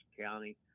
County